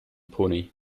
pony